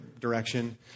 direction